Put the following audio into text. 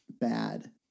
bad